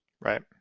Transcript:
Right